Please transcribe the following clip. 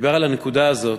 דיבר על הנקודה הזאת,